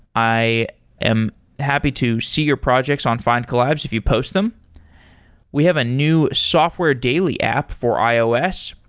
i am happy to see your projects on findcollabs if you post them we have a new software daily app for ios.